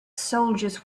soldiers